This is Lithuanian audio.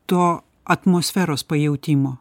to atmosferos pajautimo